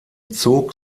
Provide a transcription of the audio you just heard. zog